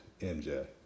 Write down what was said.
MJ